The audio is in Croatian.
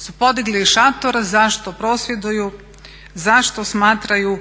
su podigli šator, zašto prosvjeduju, zašto smatraju